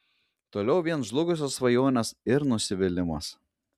toliau vien žlugusios svajonės ir nusivylimas